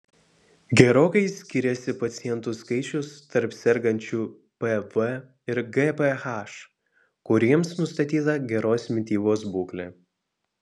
gerokai skyrėsi pacientų skaičius tarp sergančių pv ir gph kuriems nustatyta geros mitybos būklė